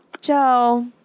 Joe